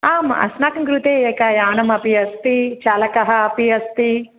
आम् अस्माकं कृते एकं यानमपि अस्ति चालकः अपि अस्ति